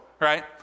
right